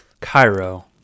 Cairo